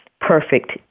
perfect